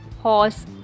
horse